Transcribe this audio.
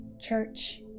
church